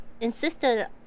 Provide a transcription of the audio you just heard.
insisted